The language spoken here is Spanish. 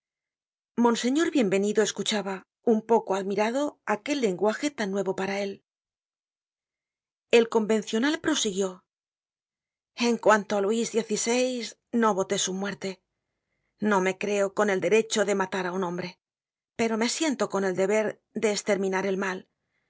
monseñor bienvenido escuchaba un poco admirado aquel lenguaje tan nuevo para él el convencional prosiguió en cuanto á luis xvi no voté su muerte no me creo con el derecho de matar á un hombre pero me siento con el deber de esterminar el mal